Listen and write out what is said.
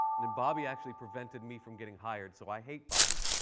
and bobby actually prevented me from getting hired. so i hate bobby.